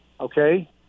okay